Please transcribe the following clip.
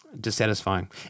dissatisfying